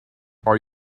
are